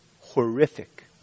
horrific